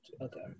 Okay